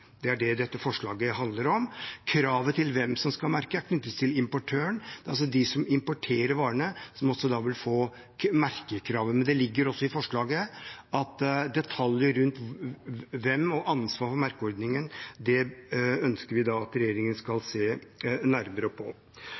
Det er det dette forslaget handler om. Kravet til hvem som skal merke, knyttes til importøren. Det er altså de som importerer varene, som vil få merkekravet, men det ligger også i forslaget at detaljer rundt hvem og ansvar for merkeordningen ønsker vi at regjeringen skal se nærmere på.